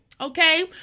Okay